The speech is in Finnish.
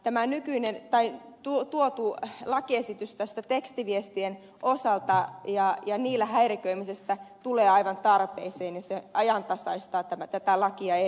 tämä tuotu lakiesitys tekstiviestien osalta ja niillä häiriköimisestä tulee aivan tarpeeseen ja se ajantasaistaa tätä lakia ehdottomasti